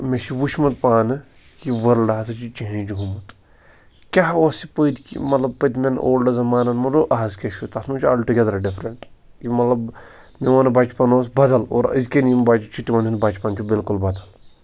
مےٚ چھُ وُچھمُت پانہٕ کہِ ؤرلڈٕ ہسا چھُ چینٛج گوٚمُت کیٛاہ اوس یہِ پٔتۍ کہِ مطلب پٔتمٮ۪ن اولڈٕ زَمانن منٛز آز کیٛاہ چھُ تَتھ منٛز چھُ آلٹگٮ۪در ڈِفرنٛٹ یہِ مطلب میون بَچپن اوس بدل اور أزکٮ۪ن یِم بَچہِ چھِ تِمن ہُنٛد بَچپن چھُ بِلکُل بدل